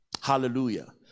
Hallelujah